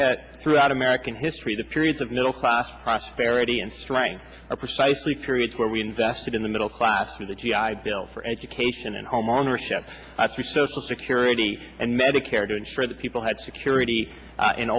at throughout american history the periods of middle class prosperity and strength are precisely periods where we invested in the middle class through the g i bill for education and homeownership through social security and medicare to ensure that people had security